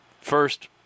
first